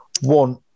one